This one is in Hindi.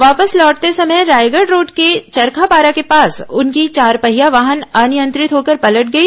वापस लौटते समय रायगढ रोड के चरखापारा के पास उनकी चारपहिया वाहन अनियंत्रित होकर पलट गई